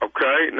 Okay